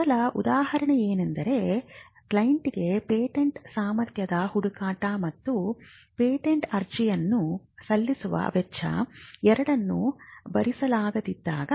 ಮೊದಲ ಉದಾಹರಣೆಯೆಂದರೆ ಕ್ಲೈಂಟ್ಗೆ ಪೇಟೆಂಟ್ ಸಾಮರ್ಥ್ಯದ ಹುಡುಕಾಟ ಮತ್ತು ಪೇಟೆಂಟ್ ಅರ್ಜಿಯನ್ನು ಸಲ್ಲಿಸುವ ವೆಚ್ಚ ಎರಡನ್ನೂ ಭರಿಸಲಾಗದಿದ್ದಾಗ